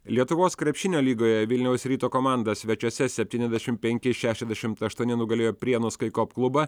lietuvos krepšinio lygoje vilniaus ryto komanda svečiuose septyniasdešimt penki šešiasdešimt aštuoni nugalėjo prienų skaikop klubą